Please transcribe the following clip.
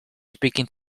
speaking